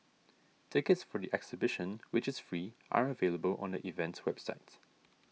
tickets for the exhibition which is free are available on the event's website